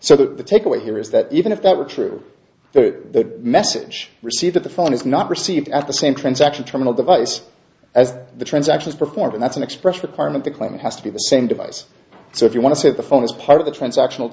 so that the take away here is that even if that were true that message received at the phone is not received at the same transaction terminal device as the transactions performed that's an express requirement to claim it has to be the same device so if you want to say the phone is part of the transact